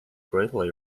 greatly